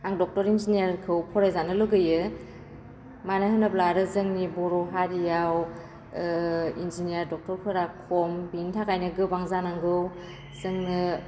आं डक्टर इन्जिनियारखौ फरायजानो लुगैयो मानो होनोब्ला जोंनि बर' हारिआव इन्जिनियार डक्टरफोरा खम बेनि थाखायनो गोबां जानांगौ जोंनो